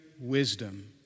wisdom